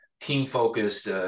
team-focused